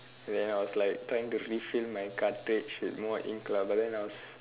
then I was like trying to refill my cartridge with more ink lah but then I was